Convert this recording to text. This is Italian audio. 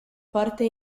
forte